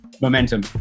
Momentum